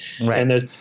Right